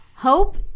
Hope